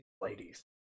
ladies